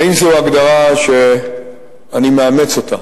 אין זו הגדרה שאני מאמץ אותה.